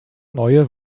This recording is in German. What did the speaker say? neue